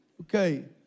Okay